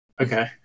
okay